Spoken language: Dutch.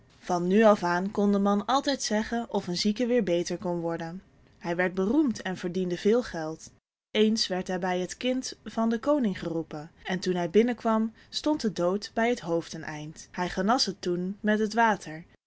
van nu af aan kon de man altijd zeggen of een zieke weêr beter kon worden hij werd beroemd en verdiende veel geld eens werd hij bij het kind van den koning geroepen en toen hij binnenkwam stond de dood bij het hoofdeneind hij genas het toen met het water